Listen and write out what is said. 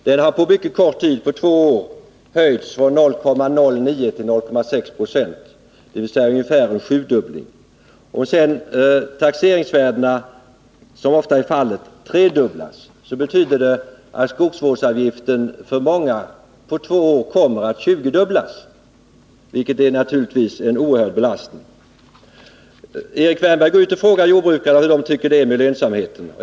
Den har på mycket kort tid, på två år, höjts från 0,09 20 till 0,6 70 — ungefär en sjudubbling. När sedan taxeringsvärdena tredubblas — som ofta är fallet — betyder det att skogsvårdsavgiften för många kommer att tjugodubblas på två år, vilket naturligtvis innebär en oerhörd belastning. Erik Wärnberg, gå ut och fråga jordbrukare hur de tycker det är med lönsamheten!